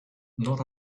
not